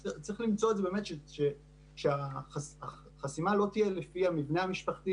צריך לדאוג שהחסימה לא תהיה לפי המבנה המשפחתי